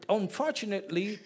unfortunately